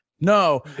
No